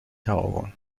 تعاون